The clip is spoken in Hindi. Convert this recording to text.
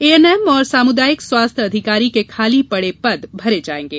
ए एन एम और सामुदायिक स्वास्थ्य अधिकारी के खाली पड़े पद भरे जायेंगे